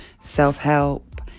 self-help